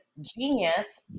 genius